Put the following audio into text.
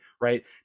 Right